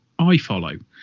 iFollow